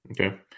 Okay